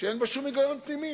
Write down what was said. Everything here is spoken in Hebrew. שאין בה שום היגיון פנימי,